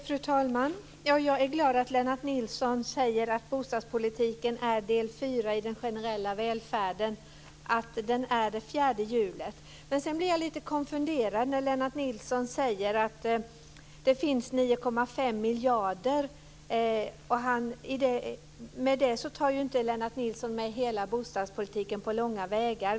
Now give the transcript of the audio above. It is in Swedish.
Fru talman! Jag är glad att Lennart Nilsson säger att bostadspolitiken är del fyra i den generella välfärden, att den är det fjärde hjulet. Men sedan blir jag lite konfunderad när Lennart Nilsson säger att det finns 9,5 miljarder. I det tar inte Lennart Nilsson med hela bostadspolitiken på långa vägar.